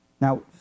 Now